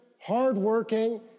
hardworking